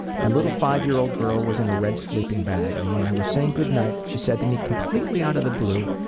my little five-year-old girl was in a red sleeping bag, and when i was saying goodnight, she said to me completely out of the blue,